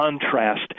contrast